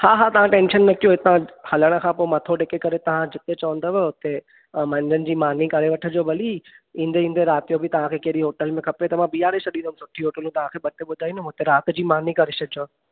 हा तव्हां टेंशन न कयो हितां हलण खां पोइ मथो टेके करे तव्हां जिते चवंदव उते मंझंनि जी मानी करे वठिजो भली ईंदे ईंदे राति जो बि तव्हां खे कहिड़ी होटल में खपे मां बीहारे छॾींदुमि सुठियूं होटिलूं ॿ टे ॿुधाईंदुमि उते राति जी मानी करे छॾिजो